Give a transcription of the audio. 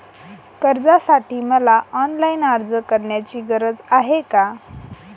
कर्जासाठी मला ऑनलाईन अर्ज करण्याची गरज आहे का?